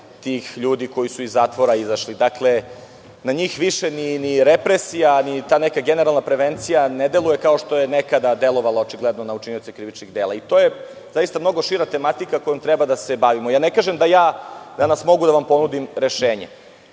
tih ljudi koji su iz zatvora izašli. Dakle, na njih više ni represija, ni ta neka generalna prevencija ne deluje, kao što je nekada delovala na učinioce krivičnih dela. To je zaista mnogo šira tematika kojom treba da se bavimo. Ne kažem da danas mogu da vam ponudim rešenje,